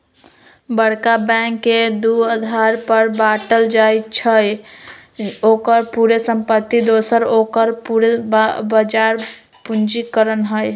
बरका बैंक के दू अधार पर बाटइ छइ, ओकर पूरे संपत्ति दोसर ओकर पूरे बजार पूंजीकरण